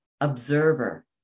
observer